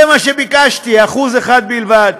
זה מה שביקשתי, 1% בלבד.